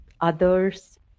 others